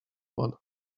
one